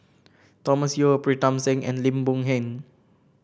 Thomas Yeo Pritam Singh and Lim Boon Heng